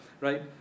right